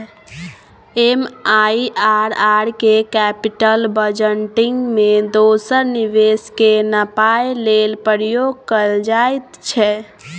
MIRR केँ capital budgeting मे दोसर निबेश केँ नापय लेल प्रयोग कएल जाइत छै